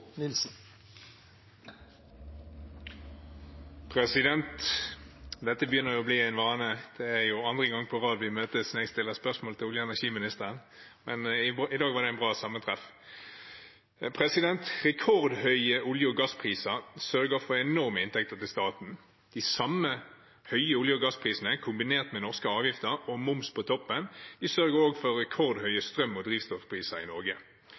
Dette begynner å bli en vane. Det er andre gang på rad vi møtes når jeg stiller spørsmål til olje- og energiministeren. Men i dag var det et bra sammentreff. Spørsmålet lyder: «Rekordhøye olje- og gasspriser sørger for enorme inntekter til staten. De samme høye olje- og gassprisene, kombinert med norske avgifter og mva. på toppen, sørger også for rekordhøye strøm- og drivstoffpriser i Norge.